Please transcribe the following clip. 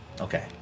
Okay